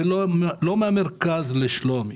ולא מהמרכז לשלומי.